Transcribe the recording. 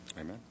Amen